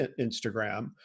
Instagram